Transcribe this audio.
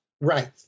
Right